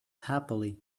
happily